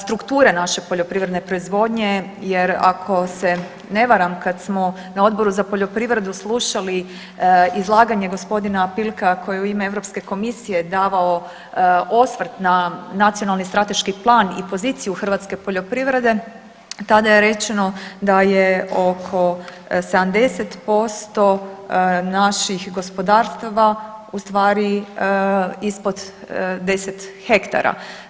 Struktura naše poljoprivredne proizvodnje jer ako se ne varam kada smo na Odboru za poljoprivredu slušali izlaganje gospodina Pilka koji je u ime Europske komisije davao osvrt na Nacionalni strateški plan i poziciju hrvatske poljoprivrede tada je rečeno da je oko 70% naših gospodarstava ustvari ispod 10 hektara.